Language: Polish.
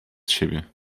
siebie